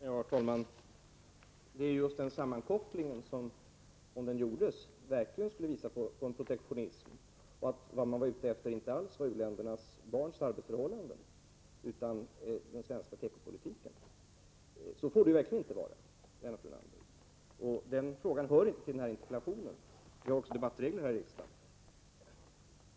Herr talman! Det är just den sammankopplingen som, om den gjordes, verkligen skulle peka hän mot protektionism och som skulle tyda på att man inte alls är intresserad av arbetsförhållandena för barnen i u-länderna utan i stället av den svenska tekopolitiken. Så får det verkligen inte vara, Lennart Brunander. Den frågan hör enligt riksdagens debattregler inte heller till den interpellation som vi diskuterar.